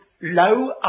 Low